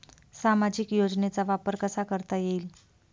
सामाजिक योजनेचा वापर कसा करता येईल?